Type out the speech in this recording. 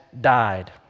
died